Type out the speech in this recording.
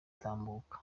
gutambuka